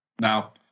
Now